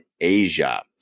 Asia